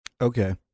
Okay